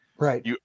Right